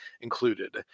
included